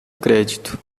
crédito